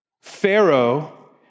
Pharaoh